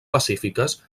pacífiques